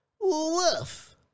Woof